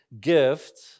gift